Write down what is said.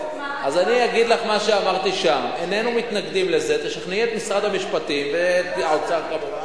את מדברת אתי או עם הטלוויזיה?